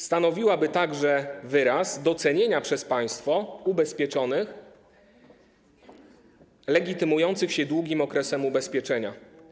Stanowiłaby także wyraz docenienia przez państwo ubezpieczonych legitymujących się długim okresem ubezpieczenia.